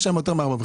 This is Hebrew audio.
יש בהן יותר מ-4.5%,